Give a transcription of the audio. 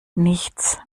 nichts